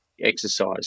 exercise